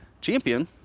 champion